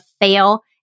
fail